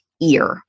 ear